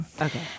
okay